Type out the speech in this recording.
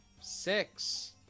Six